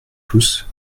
tous